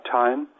time